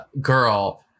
girl